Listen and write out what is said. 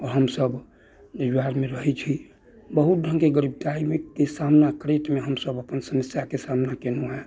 अऽ हमसभ जो आदमी रहैत छी बहुत ढङ्गके गरीबताइमे सामना करैतमे हमसभ अपन समस्याके सामना कयलहुँ हँ